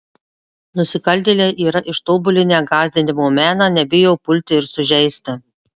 nusikaltėliai yra ištobulinę gąsdinimo meną nebijo pulti ir sužeisti